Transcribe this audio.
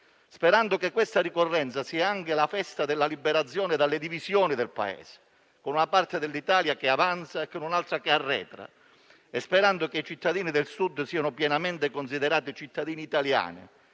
sperando che questa ricorrenza sia anche la festa della liberazione dalle divisioni del Paese, con una parte dell'Italia che avanza e con un'altra che arretra, e sperando che i cittadini del Sud siano pienamente considerati cittadini italiani,